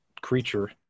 creature